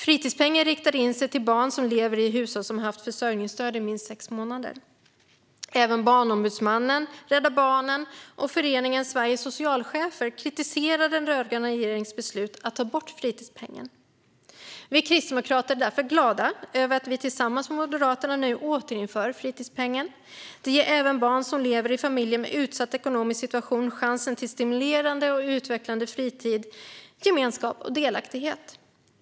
Fritidspengen riktade sig till barn som lever i hushåll som haft försörjningsstöd i minst sex månader. Barnombudsmannen, Rädda Barnen och Föreningen Sveriges socialchefer kritiserade också den rödgröna regeringens beslut att ta bort fritidspengen. Vi kristdemokrater är därför glada över att vi tillsammans med Moderaterna nu återinför fritidspengen. Det ger även barn som lever i familjer med en utsatt ekonomisk situation chansen till stimulerande och utvecklande fritid, gemenskap och delaktighet.